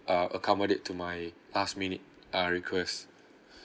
uh accommodate to my last minute uh request